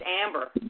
Amber